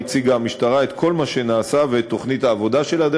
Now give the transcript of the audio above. ובו הציגה המשטרה את כל מה שנעשה ואת תוכנית העבודה שלה.